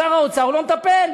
שר האוצר לא מטפל.